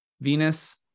Venus